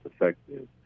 effective